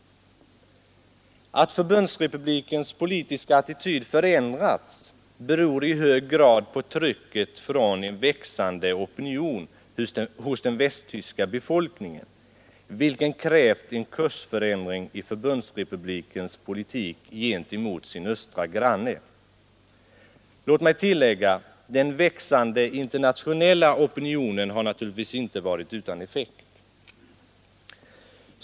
Att förbundsrepublikens politiska attityd förändrats beror i hög grad på trycket från en växande opinion hos den västtyska befolkningen, vilken krävt en kursförändring i förbundsrepublikens politik gentemot sin östra granne. Låt mig tillägga att den växande internationella opinionen naturligtvis inte har varit utan effekt.